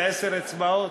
בעשר האצבעות?